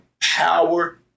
power